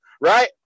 right